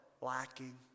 lacking